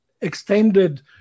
extended